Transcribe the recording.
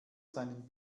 seinen